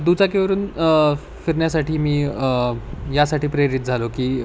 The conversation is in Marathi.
दुचाकीवरून फिरण्यासाठी मी यासाठी प्रेरित झालो की